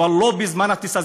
אבל לא בזמן הטיסה,